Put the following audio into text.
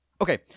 Okay